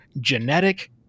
genetic